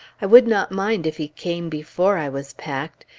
i would not mind if he came before i was packed.